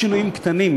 בשינויים קטנים.